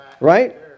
Right